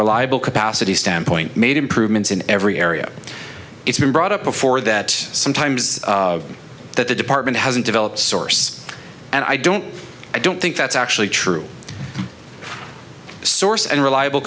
reliable capacity standpoint made improvements in every area it's been brought up before that sometimes that the department hasn't developed source and i don't i don't think that's actually true source and reliable